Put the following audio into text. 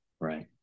Right